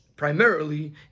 Primarily